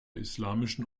islamischen